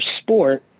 sport